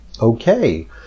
Okay